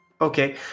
Okay